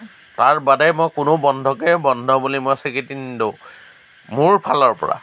তাৰ বাদে মই কোনো বন্ধকে বন্ধ বুলি মই স্ৱীকৃতি নিদিওঁ মোৰ ফালৰ পৰা